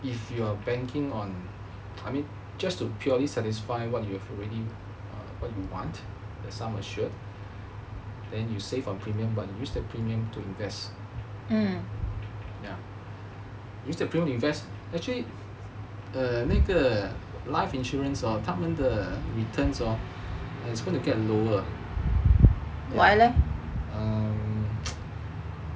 if you are banking on I mean just to purely satisfy what you have already what you want the sum assured then you save on premium but use the premiums to invest um use the premium to invest actually err 那个 life insurance hor 他们的 returns hor it's gonna get lower um